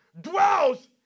dwells